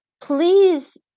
please